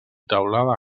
teulada